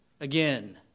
again